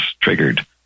triggered